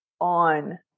on